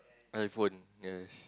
iPhone yes